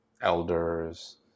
elders